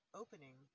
opening